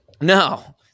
No